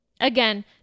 Again